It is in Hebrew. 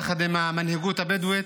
יחד עם המנהיגות הבדואית.